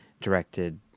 directed